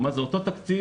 זה אותו תקציב,